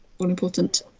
all-important